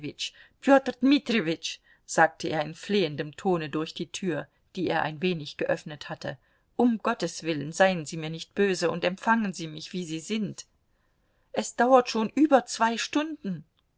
dmitrijewitsch sagte er in flehendem tone durch die tür die er ein wenig geöffnet hatte um gottes willen seien sie mir nicht böse und empfangen sie mich wie sie sind es dauert schon über zwei stunden